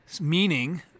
Meaning